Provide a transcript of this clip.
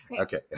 okay